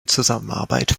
zusammenarbeit